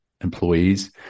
employees